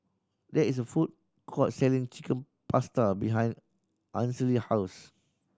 there is a food court selling Chicken Pasta behind Ainsley house